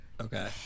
Okay